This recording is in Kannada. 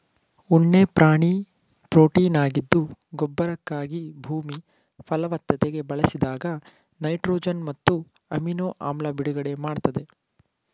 ಉಣ್ಣೆ ಪ್ರಾಣಿ ಪ್ರೊಟೀನಾಗಿದ್ದು ಗೊಬ್ಬರಕ್ಕಾಗಿ ಭೂಮಿ ಫಲವತ್ತತೆಗೆ ಬಳಸಿದಾಗ ನೈಟ್ರೊಜನ್ ಮತ್ತು ಅಮಿನೊ ಆಮ್ಲ ಬಿಡುಗಡೆ ಮಾಡ್ತದೆ